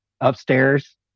upstairs